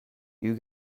you